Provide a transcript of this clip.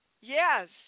Yes